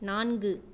நான்கு